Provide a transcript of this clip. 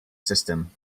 system